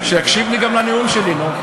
שיקשיב גם לנאום שלי, נו.